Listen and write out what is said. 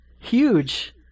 huge